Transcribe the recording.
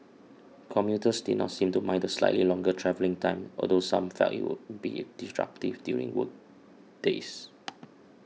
commuters did not seem to mind the slightly longer travelling time although some felt it would be disruptive during workdays